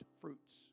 fruits